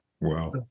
Wow